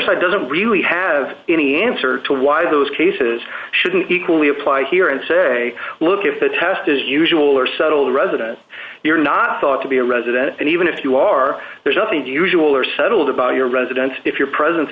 side doesn't really have any answer to why those cases shouldn't equally apply here and say look if the test is usual or settle the resident you're not thought to be a resident and even if you are there's nothing unusual or settled about your residence if your presence